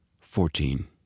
Fourteen